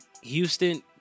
houston